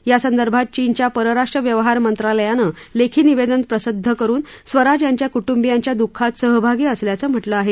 यासंदर्भात चीनच्या परराष्ट्रव्यवहार मंत्रालयानं लेखी निवदेन प्रसिद्ध करुन स्वराज यांच्या कुटूंबीयांच्या दुःखात सहभागी असल्याचं म्हटलं आहे